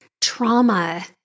trauma